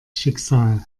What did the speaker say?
schicksal